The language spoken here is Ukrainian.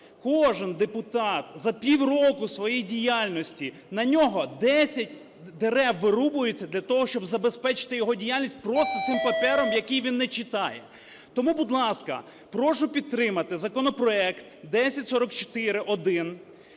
кожен депутат за півроку своєї діяльності, на нього 10 дерев вирубується для того, щоб забезпечити його діяльність просто цим папером, який він не читає. Тому, будь ласка, прошу підтримати законопроект 1044-1